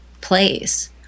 place